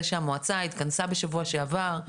זה שהמועצה התכנסה בשבוע שעבר,